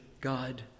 God